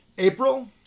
April